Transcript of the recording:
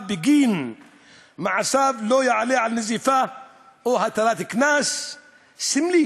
בגין מעשיו לא יעלה על נזיפה או הטלת קנס סמלי